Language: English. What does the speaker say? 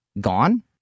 gone